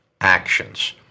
actions